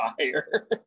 fire